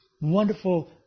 wonderful